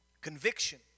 Conviction